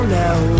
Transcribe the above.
now